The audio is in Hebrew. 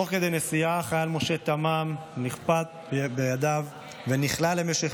תוך כדי נסיעה החייל משה תמם נכפת בידיו ונכלא למשך